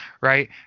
Right